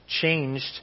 changed